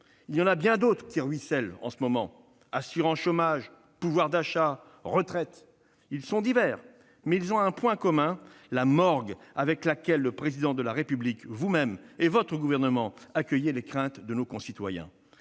Il y en a bien d'autres qui ruissellent en ce moment : assurance chômage, pouvoir d'achat, retraites ... Ils sont divers. Mais ils ont un point commun : la morgue avec laquelle le Président de la République, vous-même et votre gouvernement accueillez les craintes de nos concitoyens.